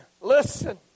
listen